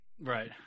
right